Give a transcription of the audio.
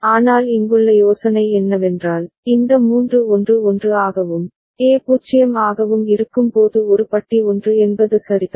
ஆனால் இங்குள்ள யோசனை என்னவென்றால் இந்த மூன்று 1 1 ஆகவும் A 0 ஆகவும் இருக்கும்போது ஒரு பட்டி 1 என்பது சரிதான்